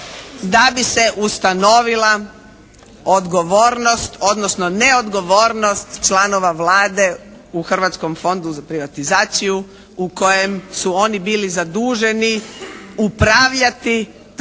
da bi se ustanovila odgovornost odnosno neodgovornost članova Vlade u Hrvatskom fondu za privatizaciju u kojem su oni bili zaduženi upravljati tako